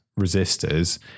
resistors